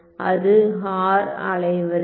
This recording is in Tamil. அது ஹார் அலைவரிசை